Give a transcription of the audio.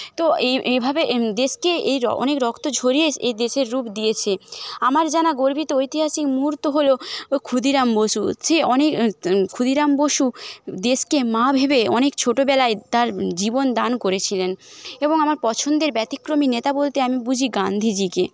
তো এ এইভাবে দেশকে এই র অনেক রক্ত ঝরিয়ে দে এই দেশের রূপ দিয়েছে আমার জানা গর্বিত ঐতিহাসিক মুহূর্ত হল ক্ষুদিরাম বসু সে অনেক ক্ষুদিরাম বসু দেশকে মা ভেবে অনেক ছোটবেলায় তার জীবন দান করেছিলেন এবং আমার পছন্দের ব্যতিক্রমী নেতা বলতে আমি বুঝি গান্ধীজিকে